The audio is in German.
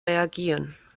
reagieren